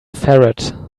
ferret